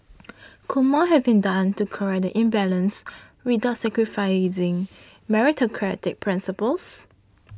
could more have been done to correct the imbalance without sacrificing meritocratic principles